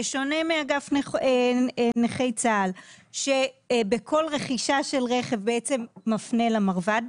שבשונה מאגף נכי צה"ל שבכל רכישה של רכב בעצם מפנה למרב"ד,